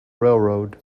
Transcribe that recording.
railroad